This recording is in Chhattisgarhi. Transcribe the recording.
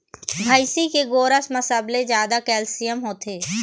भइसी के गोरस म सबले जादा कैल्सियम होथे